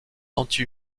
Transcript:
anti